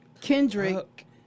Kendrick